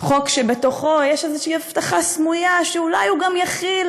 חוק שבתוכו יש איזושהי הבטחה סמויה שאולי הוא גם יכיל